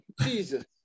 Jesus